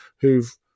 who've